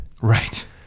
Right